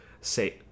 Say